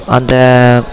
அந்த